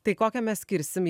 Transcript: tai kokią mes skirsim